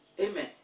Amen